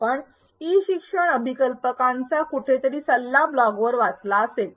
आपण ई शिक्षण अभिकल्पककांचा कुठेतरी सल्ला ब्लॉगवर वाचला असेल